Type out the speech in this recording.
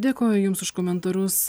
dėkoju jums už komentarus